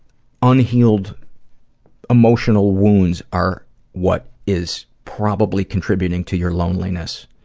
unhealed emotional wounds are what is probably contributing to your loneliness.